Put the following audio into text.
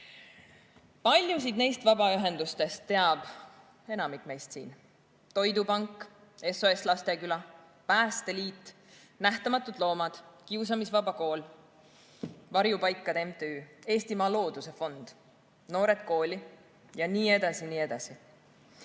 Paljusid neist vabaühendustest teab enamik meist siin – Toidupank, SOS Lasteküla, Päästeliit, Nähtamatud Loomad, Kiusamisvaba Kool, Varjupaikade MTÜ, Eestimaa Looduse Fond, Noored Kooli jne. Kõik need